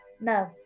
No